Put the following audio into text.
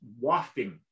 wafting